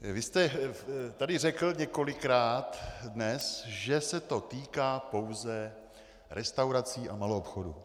Vy jste tady řekl několikrát dnes, že se to týká pouze restaurací a maloobchodu.